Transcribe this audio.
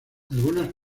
algunas